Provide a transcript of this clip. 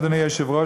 אדוני היושב-ראש,